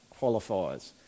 Qualifiers